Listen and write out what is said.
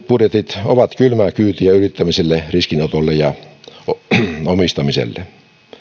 budjetit ovat kylmää kyytiä yrittämiselle riskinotolle ja omistamiselle